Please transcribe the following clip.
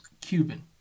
Cuban